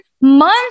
month